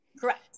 Correct